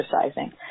exercising